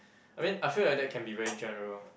I mean I feel like that can be very general